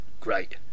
Great